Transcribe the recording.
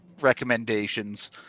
recommendations